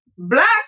Black